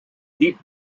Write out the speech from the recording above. deep